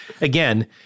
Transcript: again